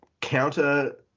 counter –